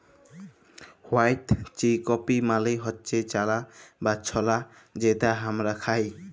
white chickpea মালে হচ্যে চালা বা ছলা যেটা হামরা খাই